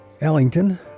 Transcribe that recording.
Ellington